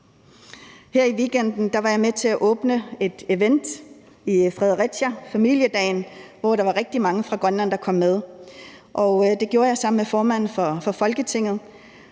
Her i weekenden var jeg med til at åbne en event i Fredericia, Familiedagen, hvor rigtig mange fra Grønland kom med. Det gjorde jeg sammen med formanden for Folketinget.